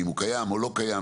האם הוא קיים או לא קיים,